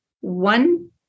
one